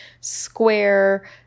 square